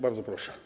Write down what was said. Bardzo proszę.